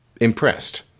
impressed